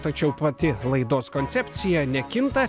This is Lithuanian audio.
tačiau pati laidos koncepcija nekinta